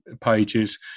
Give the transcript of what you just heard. pages